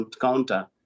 counter